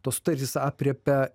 tos sutartys aprėpia